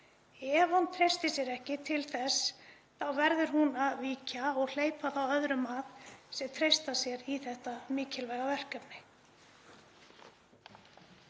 Ef hún treystir sér ekki til þess þá verður hún að víkja og hleypa þá öðrum að sem treysta sér í þetta mikilvæga verkefni.